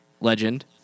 legend